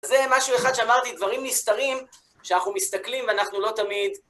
זה משהו אחד שאמרתי, דברים נסתרים שאנחנו מסתכלים ואנחנו לא תמיד...